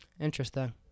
Interesting